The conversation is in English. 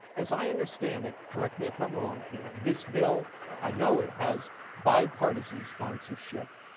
as i understand it correct me if i'm wrong here this bill, i know it has bipartisan sponsorship,